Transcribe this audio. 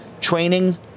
Training